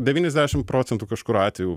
devyniasdešim procentų kažkur atvejų